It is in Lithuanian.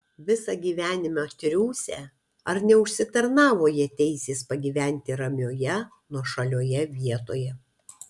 visą gyvenimą triūsę ar neužsitarnavo jie teisės pagyventi ramioje nuošalioje vietoje